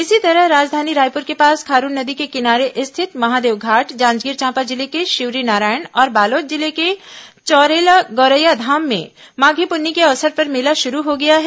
इसी तरह राजधानी रायपुर के पास खारून नदी के किनारे स्थित महादेवघाट जांजगीर चांपा जिले के शिवरीनारायण और बालोद जिले के चौरेला गौरैयाधाम में माघी पुन्नी के अवसर पर मेला शुरू हो गया है